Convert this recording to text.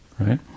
right